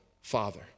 father